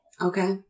Okay